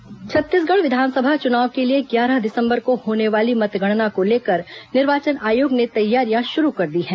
मतगणना प्रशिक्षण छत्तीसगढ़ विधानसभा चुनाव के लिए ग्यारह दिसंबर को होने वाली मतगणना को लेकर निर्वाचन आयोग ने तैयारियां शुरू कर दी हैं